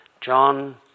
John